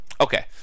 Okay